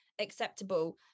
acceptable